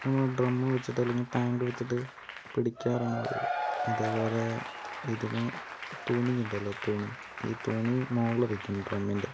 നമ്മ ഡ്രമ്മ് വച്ചിട്ടല്ലങ്കിൽ ടാങ്ക് വച്ചിട്ട് പിടിക്കാറാണ് പതിവ് അതേപോലെ ഇതിന് തുണീണ്ടല്ലോ തുണി ഈ തുണി മുകളില് വയ്ക്കും ഡ്രമ്മിൻ്റെ